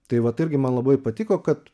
tai vat irgi man labai patiko kad